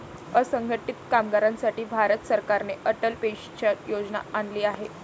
असंघटित कामगारांसाठी भारत सरकारने अटल पेन्शन योजना आणली आहे